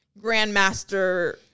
grandmaster